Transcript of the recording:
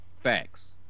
Facts